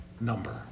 number